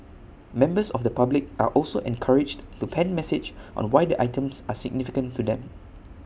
members of the public are also encouraged to pen messages on why the items are significant to them